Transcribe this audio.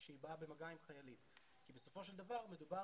כשהיא באה במגע עם חיילים כי בסופו של דבר מדובר